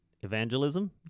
evangelism